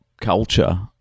culture